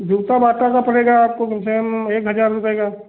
जूता बाटा का पड़ेगा आपको कम से कम एक हजार रुपये का